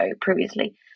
previously